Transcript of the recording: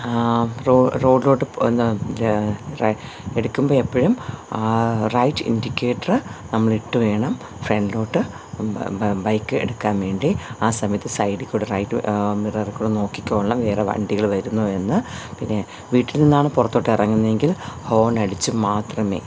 raw റോഡിലോട്ട് എന്താ റൈ എടുക്കുമ്പം എപ്പോഴും റൈറ്റ് ഇൻഡിക്കേറ്റർ നമ്മൾ ഇട്ടു വേണം ഫ്രണ്ടിലോട്ട് ബ ബ ബൈക്ക് എടുക്കാൻ വേണ്ടി ആ സമയത്ത് സൈഡിൽ കൂടി റൈറ്റ് മിററിൽ കൂടി നോക്കിക്കോളണം വേറെ വണ്ടികൾ വരുന്നോയെന്ന് പിന്നെ വീട്ടിൽ നിന്നാണ് പുറത്തോട്ട് ഇറങ്ങുന്നെങ്കിൽ ഹോൺ അടിച്ചു മാത്രമേ